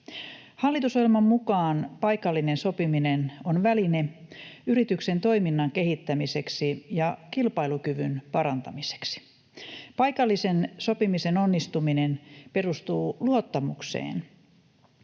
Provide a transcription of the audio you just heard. Hallitusohjelman mukaan paikallinen sopiminen on väline yrityksen toiminnan kehittämiseksi ja kilpailukyvyn parantamiseksi. Paikallisen sopimisen onnistuminen perustuu luottamukseen,